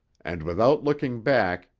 and without looking back,